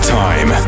time